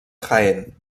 jaén